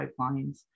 pipelines